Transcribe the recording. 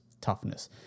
Toughness